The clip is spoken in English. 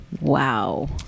Wow